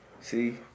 See